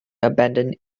abandoned